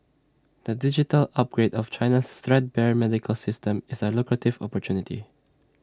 the digital upgrade of China's threadbare medical system is A lucrative opportunity